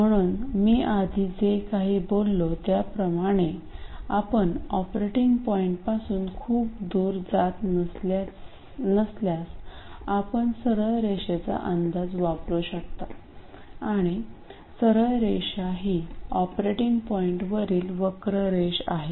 म्हणून मी आधी जे काही बोललो त्याप्रमाणे आपण ऑपरेटिंग पॉईंटपासून खूप दूर जात नसल्यास आपण सरळ रेषेचा अंदाज वापरू शकता आणि सरळ रेषा ही ऑपरेटिंग पॉईंटवरील वक्र रेष आहे